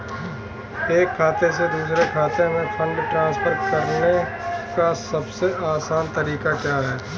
एक खाते से दूसरे खाते में फंड ट्रांसफर करने का सबसे आसान तरीका क्या है?